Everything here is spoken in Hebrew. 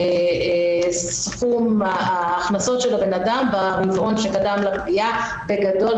מסכום ההכנסות של האדם ברבעון שקדם לפגיעה, בגדול.